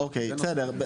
אוקיי, בסדר.